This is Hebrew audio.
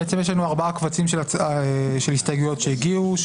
יש לנו ארבעה קבצים של הסתייגויות שהגיעו,